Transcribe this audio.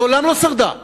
מעולם לא שרדה,